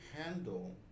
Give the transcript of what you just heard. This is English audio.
handle